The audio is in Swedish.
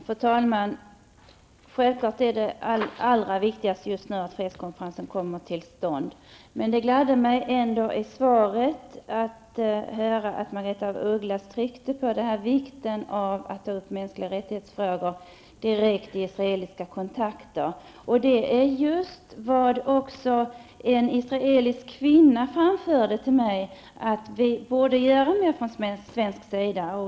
Fru talman! Självklart är det allra viktigast just nu att fredskonferensen kommer till stånd. Men det gladde mig ändå att höra att Margaretha af Ugglas tryckte på vikten av att ta upp frågor om mänskliga rättigheter direkt med israeliska kontakter. Det är just vad också en israelisk kvinna framförde till mig att vi borde göra från svensk sida.